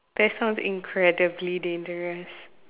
that sounds incredibly dangerous